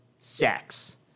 sex